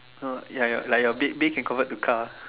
no ya ya like your bed bed can convert to car